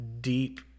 deep